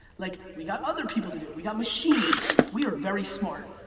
like we got other people to do it. we got machines. we are very smart.